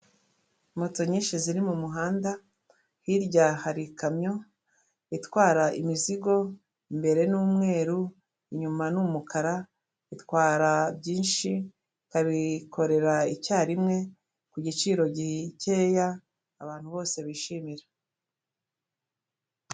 Bumwe mu buryo busigaye bworoshye cyane mu kwikorera imizigo, hakoreshejwe amapikipiki, afite akanyabiziga inyuma gashyirwamo imizigo. Ni bwo abantu benshi basigaye bakoresha, aho mu kwimura ibintu cg se gupakira ibintu bisigaye bikorerwa kuri ayo mapikipiki.